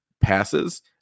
passes